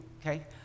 okay